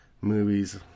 movies